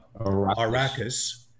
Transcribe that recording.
Arrakis